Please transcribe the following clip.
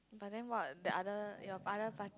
but then what the other your other part